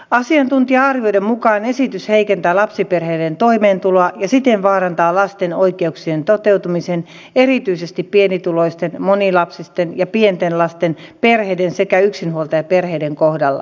asiantuntija arvioiden mukaan esitys heikentää lapsiperheiden toimeentuloa ja siten vaarantaa lasten oikeuksien toteutumisen erityisesti pienituloisten monilapsisten ja pienten lasten perheiden sekä yksinhuoltajaperheiden kohdalla